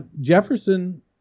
Jefferson